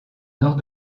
nord